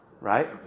right